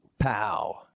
Pow